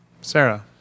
Sarah